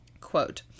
Quote